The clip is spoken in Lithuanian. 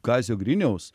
kazio griniaus